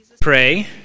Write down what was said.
pray